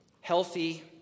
healthy